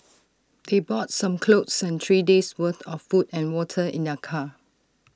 they bought some clothes and three days' worth of food and water in their car